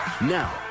Now